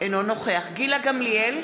אינו נוכח גילה גמליאל,